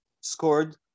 scored